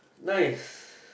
nice